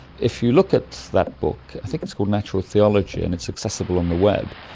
if you look at that book. i think it's called natural theology and it's accessible on the web.